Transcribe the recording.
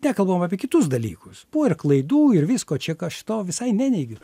nekalbam apie kitus dalykus buvo ir klaidų ir visko čia ka aš to visai neneigiu